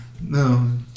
No